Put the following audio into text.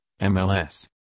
MLS